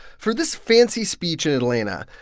for this fancy speech in atlanta,